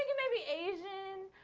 yeah maybe asian,